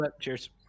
Cheers